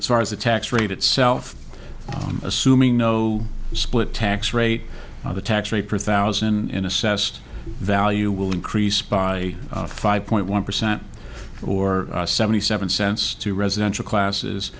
as far as the tax rate itself assuming no split tax rate the tax rate per thousand in assessed value will increase by five point one percent or seventy seven cents to residential classes